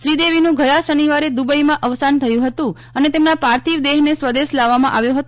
શ્રી દેવીનું ગયા શનિવારે દ્વબઈમાં અવસાન થયું હતું અને તેમના પાર્થિવ દેહને ગઈકાલે રાત્રે સ્વદેશ લાવવામાં આવ્યો હતો